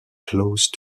close